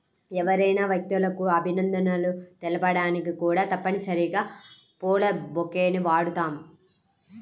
ఎవరైనా వ్యక్తులకు అభినందనలు తెలపడానికి కూడా తప్పనిసరిగా పూల బొకేని వాడుతాం